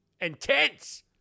Intense